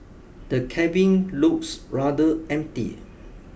the cabin looks rather empty